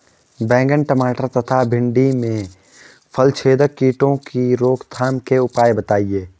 बैंगन टमाटर तथा भिन्डी में फलछेदक कीटों की रोकथाम के उपाय बताइए?